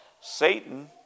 Satan